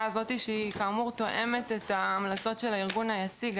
הזאת שתואמת את ההמלצות של הארגון היציג,